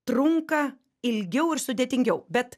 trunka ilgiau ir sudėtingiau bet